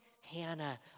Hannah